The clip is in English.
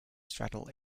straddle